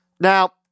Now